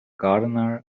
gardener